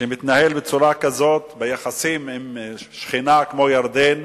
שמתנהל בצורה כזאת ביחסים עם שכנה כמו ירדן,